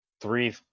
three